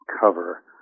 cover